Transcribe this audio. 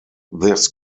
this